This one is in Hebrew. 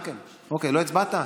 לא הצבעת?